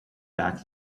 back